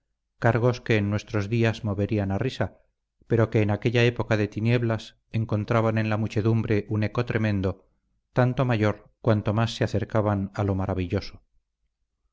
cargos que en nuestros días moverían a risa pero que en aquella época de tinieblas encontraban en la muchedumbre un eco tremendo tanto mayor cuanto más se acercaban a lo maravilloso